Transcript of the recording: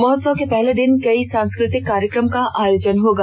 महोत्सव के पहले दिन कई सांस्कृतिक कार्यक्रम का आयोजन होगा